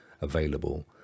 available